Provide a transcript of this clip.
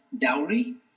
dowry